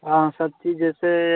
हाँ सब चीज़ जैसे